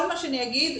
כל מה שאני אגיד,